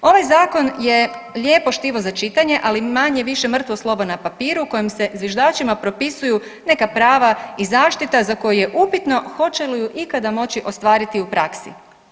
Ovaj Zakon je lijepo štivo za čitanje, ali manje-više mrtvo slovo na papiru kojim se zviždačima propisuju neka prava i zaštita za koju je upitno hoće li ju ikada moći ostvariti u praksi.